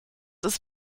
ist